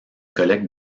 collecte